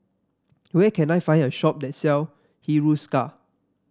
where can I find a shop that sell Hiruscar